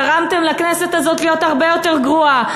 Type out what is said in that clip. וגרמתם לכנסת הזאת להיות הרבה יותר גרועה,